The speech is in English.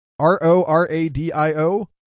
R-O-R-A-D-I-O